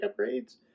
upgrades